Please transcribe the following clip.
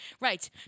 right